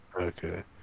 Okay